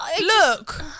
Look